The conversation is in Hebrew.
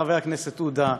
חבר הכנסת עודה,